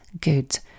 good